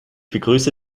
begrüße